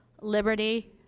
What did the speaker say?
liberty